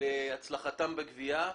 להצלחתם בגבייה.